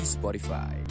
Spotify